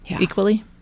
equally